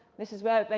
this is where, but